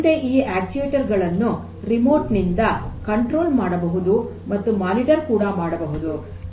ಮುಂದೆ ಈ ಅಕ್ಟುಯೆಟರ್ ಗಳನ್ನು ರಿಮೋಟ್ ನಿಂದ ನಿಯಂತ್ರಣ ಮಾಡಬಹುದು ಮತ್ತು ಮೇಲ್ವಿಚಾರಣೆ ಕೂಡ ಮಾಡಬಹುದು